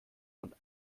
man